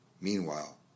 Meanwhile